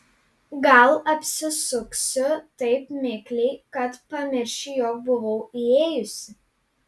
gal apsisuksiu taip mikliai kad pamiršiu jog buvau įėjusi